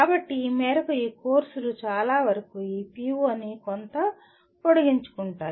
కాబట్టి ఈ మేరకు ఈ కోర్సులు చాలావరకు ఈ PO ని కొంత పొడిగించుకుంటాయి